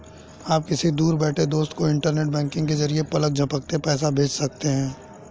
आप किसी दूर बैठे दोस्त को इन्टरनेट बैंकिंग के जरिये पलक झपकते पैसा भेज सकते हैं